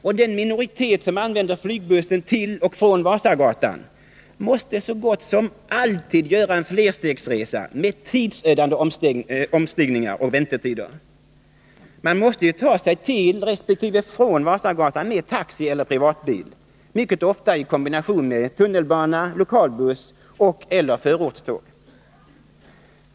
Och den minoritet som använder flygbussen till och från Vasagatan måste så gott som alltid göra en flerstegsresa med tidsödande omstigningar och väntetider; man måste ju ta sig till resp. från Vasagatan med taxi eller privatbil, mycket ofta i kombination med tunnelbana, lokalbuss och/eller förortståg.